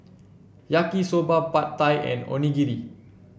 Yaki Soba Pad Thai and Onigiri